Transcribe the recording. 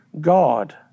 God